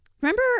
Remember